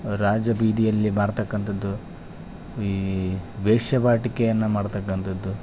ರಾಜಬೀದಿಯಲ್ಲಿ ಬರ್ತಕ್ಕಂಥದ್ದು ಈ ವೇಶ್ಯವಾಟಿಕೆಯನ್ನು ಮಾಡ್ತಕ್ಕಂಥದ್ದು